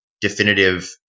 definitive